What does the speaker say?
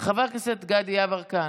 חבר הכנסת גדי יברקן,